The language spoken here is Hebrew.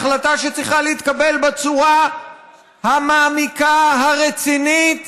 החלטה שצריכה להתקבל בצורה המעמיקה, הרצינית